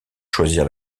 choisir